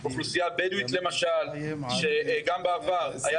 האוכלוסייה הבדואית למשל שגם בעבר היה